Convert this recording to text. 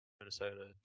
Minnesota